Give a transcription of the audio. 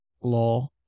law